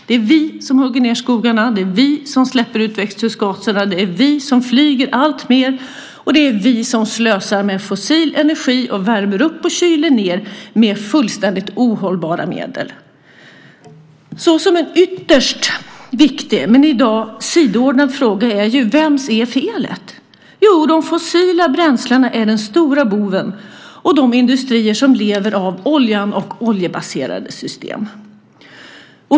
Det är vi som hugger ned skogarna, det är vi som släpper ut växthusgaserna, det är vi som flyger alltmer, och det är vi som slösar med fossil energi och värmer upp och kyler ned med fullständigt ohållbara medel. Så en ytterst viktig men i dag sidoordnad fråga är: Vems är felet? De fossila bränslena är den stora boven och de industrier som lever av oljan och oljebaserade system.